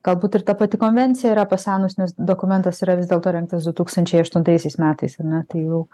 galbūt ir ta pati konvencija yra pasenus nes dokumentas yra vis dėlto rengtas du tūkstančiai aštuntaisiais metais na tai jau